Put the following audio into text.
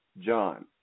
John